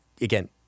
again